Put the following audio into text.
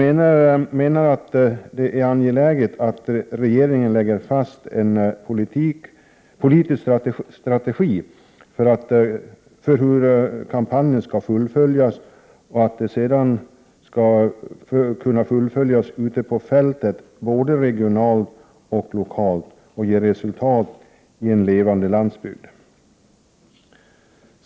Det är angeläget att regeringen lägger fast en politisk strategi för hur kampanjen skall fullföljas. Sedan skall den fullföljas ute på fältet, både regionalt och lokalt, och ge resultat i en levande landsbygd.